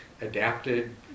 adapted